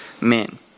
men